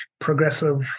progressive